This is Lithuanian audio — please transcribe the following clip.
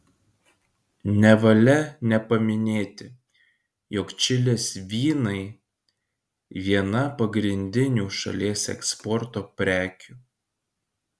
nevalia nepaminėti jog čilės vynai viena pagrindinių šalies eksporto prekių